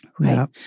Right